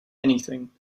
anything